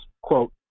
quote